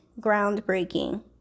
groundbreaking